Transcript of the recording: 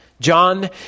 John